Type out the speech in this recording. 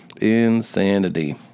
Insanity